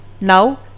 Now